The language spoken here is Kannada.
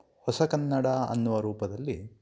ಹೊಸ ಕನ್ನಡ ಅನ್ನುವ ರೂಪದಲ್ಲಿ